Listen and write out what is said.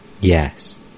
yes